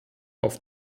auf